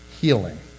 healing